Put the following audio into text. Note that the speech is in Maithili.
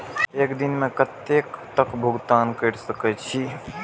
एक दिन में कतेक तक भुगतान कै सके छी